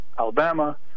Alabama